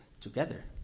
together